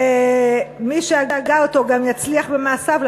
שמי שהגה אותו גם יצליח במעשיו,